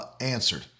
answered